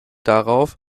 darauf